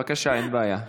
בבקשה, אין בעיה.